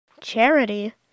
Charity